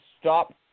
stop